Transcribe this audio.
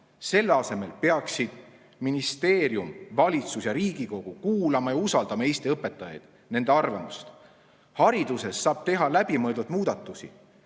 Selle asemel peaksid ministeerium, valitsus ja Riigikogu kuulama ja usaldama Eesti õpetajaid, nende arvamust. Hariduses saab teha läbimõeldud muudatusi,